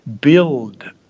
build